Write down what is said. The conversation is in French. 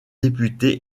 député